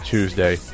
Tuesday